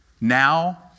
now